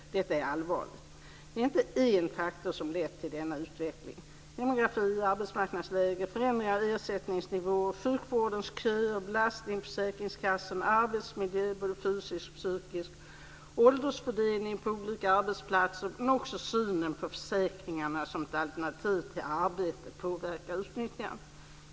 Detta är allvarligt. Det är inte en faktor som har lett till denna utveckling. Demografi, arbetsmarknadsläge, förändringar av ersättningsnivåer, sjukvårdens köer, belastningen på försäkringskassorna, arbetsmiljö, både fysisk och psykisk, åldersfördelningen på olika arbetsplatser men också synen på försäkringarna som ett alternativ till arbete påverkar utnyttjandet.